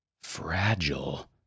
Fragile